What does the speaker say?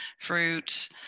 fruit